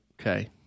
Okay